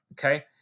Okay